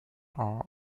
are